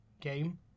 game